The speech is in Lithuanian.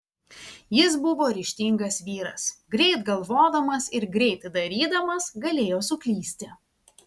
jis buvo ryžtingas vyras greit galvodamas ir greit darydamas galėjo suklysti